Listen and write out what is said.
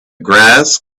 grass